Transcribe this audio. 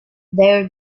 their